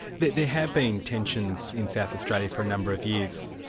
but there have been tensions in south australia for a number of years.